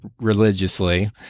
religiously